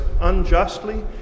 unjustly